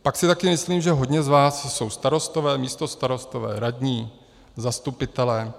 Pak si taky myslím, že hodně z vás jsou starostové, místostarostové, radní, zastupitelé.